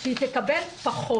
היא תקבל פחות.